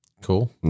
Cool